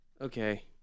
Okay